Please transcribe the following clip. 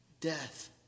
death